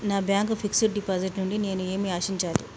నా bank fixed deposit నుండి నేను ఏమి ఆశించాలి?